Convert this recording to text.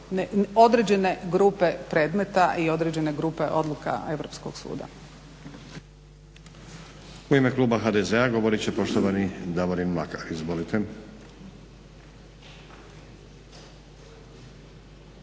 određene grupe predmeta i određene grupe odluka Europskoga suda.